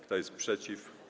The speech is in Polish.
Kto jest przeciw?